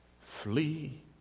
flee